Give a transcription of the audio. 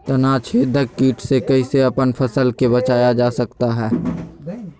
तनाछेदक किट से कैसे अपन फसल के बचाया जा सकता हैं?